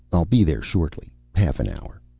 i'll be there shortly. half an hour.